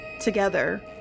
together